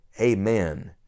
Amen